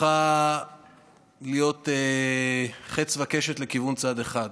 הפכה להיות חץ וקשת לכיוון צד אחד: